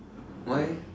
why eh